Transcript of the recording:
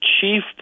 chief